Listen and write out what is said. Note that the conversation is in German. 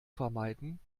vermeiden